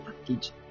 package